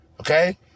okay